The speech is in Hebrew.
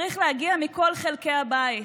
צריך להגיע מכל חלקי הבית.